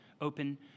open